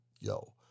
yo